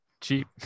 cheap